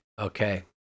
Okay